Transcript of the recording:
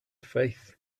faith